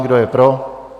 Kdo je pro?